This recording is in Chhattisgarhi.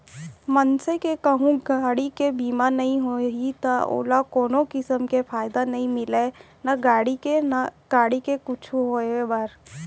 मनसे के कहूँ गाड़ी के बीमा नइ होही त ओला कोनो किसम के फायदा नइ मिलय ना गाड़ी के कुछु होवब म